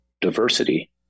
diversity